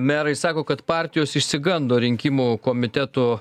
merai sako kad partijos išsigando rinkimų komitetų